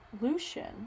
Lucian